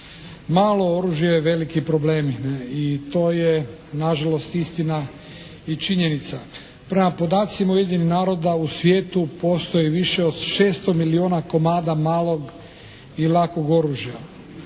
malo oružje veliki problemi i to je nažalost istina i činjenica. Prema podacima Ujedinjenih naroda u svijetu postoji više od 600 milijuna komada malog i lakog oružja.